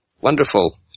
Wonderful